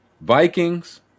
vikings